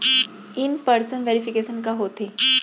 In person verification का होथे?